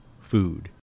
food